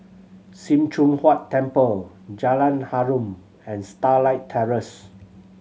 Sim Choon Huat Temple Jalan Harum and Starlight Terrace